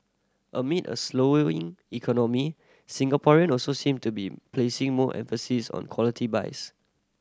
amid a slowing economy Singaporean also seem to be placing more emphasis on quality buys